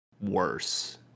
worse